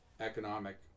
economic